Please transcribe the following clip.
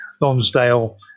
Lonsdale